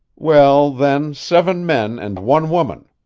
well, then, seven men and one woman.